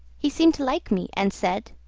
he seemed to like me, and said,